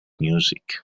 music